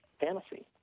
fantasy